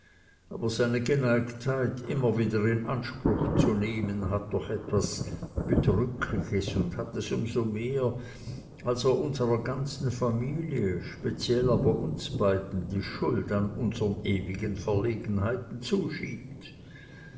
aber seine geneigtheit immer wieder in anspruch zu nehmen hat doch etwas bedrückliches und hat es um so mehr als er unsrer ganzen familie speziell aber uns beiden die schuld an unsren ewigen verlegenheiten zuschiebt